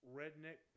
redneck